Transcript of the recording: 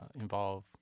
involve